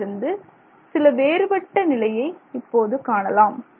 இதிலிருந்து சில வேறுபட்ட நிலையை இப்போது காணலாம்